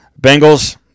Bengals